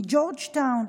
מג'ורג'טאון,